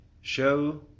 show